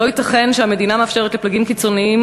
לא ייתכן שהמדינה מאפשרת לפלגים קיצוניים